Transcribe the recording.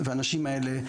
והאנשים האלה,